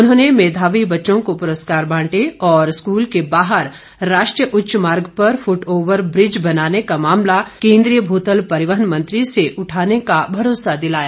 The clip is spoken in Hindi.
उन्होंने मेधावी बच्चों को पुरस्कार बांटे और स्कूल के बाहर राष्ट्रीय उच्च मार्ग पर फुटओवर ब्रिज बनाने का मामला केंद्रीय भूतल परिवहन मंत्री से उठाने का भरोसा दिलाया